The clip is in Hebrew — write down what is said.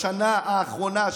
בשנה האחרונה,